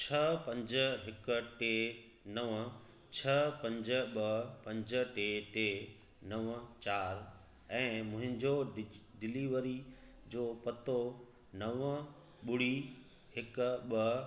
छह पंज हिकु टे नव छह पंज ॿ पंज टे टे नव चारि ऐं मुंहिंजो डिज डिलीवरी जो पतो नव ॿुड़ी हिकु ॿ